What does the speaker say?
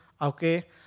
Okay